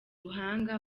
ubuhanga